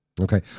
Okay